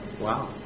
Wow